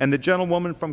and the gentlewoman from